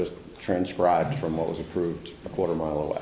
just transcribed from what was approved a quarter mile away